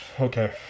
Okay